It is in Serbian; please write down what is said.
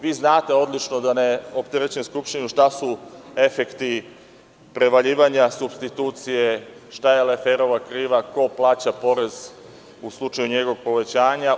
Vi znate odlično, da ne opterećujem Skupštinu, šta su efekti prevaljivanja supstitucije, šta je Leferova kriva, ko plaća porez u slučaju njegovog povećanja.